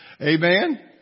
Amen